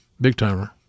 Big-timer